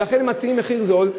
ולכן מציעות מחיר זול.